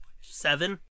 seven